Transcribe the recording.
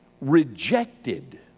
rejected